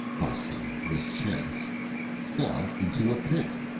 by some mischance, fell into a pit.